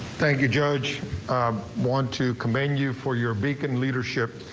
thank you want to commend you for your beacon leadership.